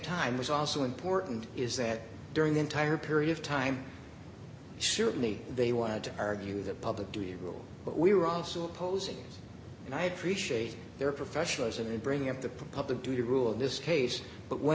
time was also important is that during the entire period of time certainly they wanted to argue the public duty rule but we were also opposing and i appreciate their professionalism in bringing up the public do to rule in this case but w